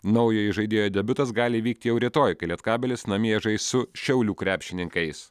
naujo žaidėjo debiutas gali įvykti jau rytoj kai lietkabelis namie žais su šiaulių krepšininkais